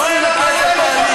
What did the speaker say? בוא נמצה את התהליך.